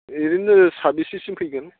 ओरैनो साबैसेसिम फैगोन